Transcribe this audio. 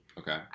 Okay